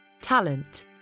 Talent